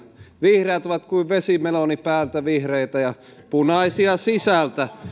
vihreät ovat kuin vesimeloni päältä vihreitä ja punaisia sisältä